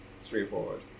straightforward